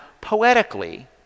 poetically